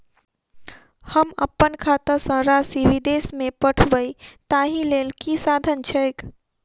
हम अप्पन खाता सँ राशि विदेश मे पठवै ताहि लेल की साधन छैक?